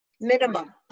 Minimum